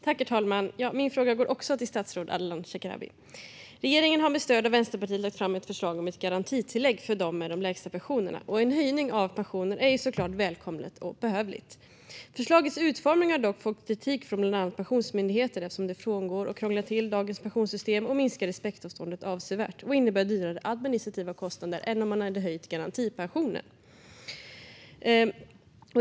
Herr talman! Min fråga går också till statsrådet Ardalan Shekarabi. Regeringen har med stöd av Vänsterpartiet lagt fram ett förslag om ett garantitillägg för dem med de lägsta pensionerna. En höjning av pensionen är såklart välkommen och behövlig. Förslagets utformning har dock fått kritik från bland annat Pensionsmyndigheten, eftersom det frångår och krånglar till dagens pensionssystem, minskar respektavståndet avsevärt och innebär högre administrativa kostnader än om man hade höjt garantipensionen.